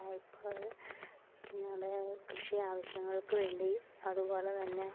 ഇപ്പോൾ ഞങ്ങളുടെ കൃഷി ആവശ്യങ്ങൾക്കു വേണ്ടിയും അതു പോലെ തന്നെ